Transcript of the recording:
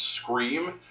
scream